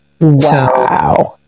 Wow